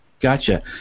Gotcha